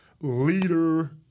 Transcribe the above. leader